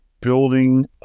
building